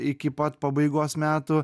iki pat pabaigos metų